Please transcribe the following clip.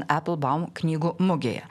eplbaum knygų mugėje